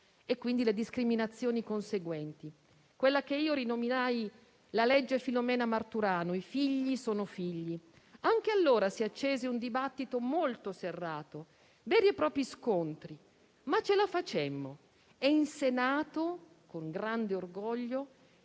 quindi le discriminazioni conseguenti; quella che io rinominai la legge Filumena Marturano: i figli sono figli. Anche allora si accese un dibattito molto serrato, ci furono veri e propri scontri, ma ce la facemmo, e in Senato, con grande orgoglio,